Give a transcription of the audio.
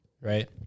right